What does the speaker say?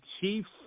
Chiefs